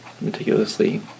meticulously